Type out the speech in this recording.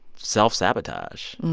self-sabotage.